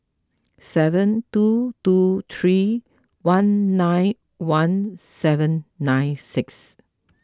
seven two two three one nine one seven nine six